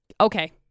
Okay